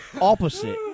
opposite